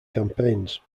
campaigns